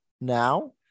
now